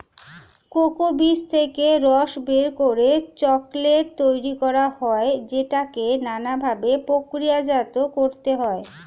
cocoa বীজ থেকে রস বের করে চকোলেট তৈরি করা হয় যেটাকে নানা ভাবে প্রক্রিয়াজাত করতে হয়